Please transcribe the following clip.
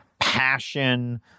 passion